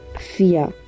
fear